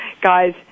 Guys